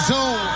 Zoom